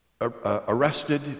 arrested